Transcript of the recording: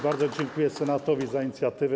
Bardzo dziękuję Senatowi za inicjatywę.